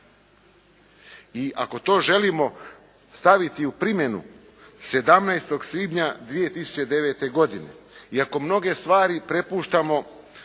i ako to želimo staviti u primjenu 17. svibnja 2009. godine i ako mnoge stvari prepuštamo